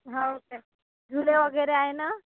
हा ओके झुले वगैरे आहे ना